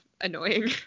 annoying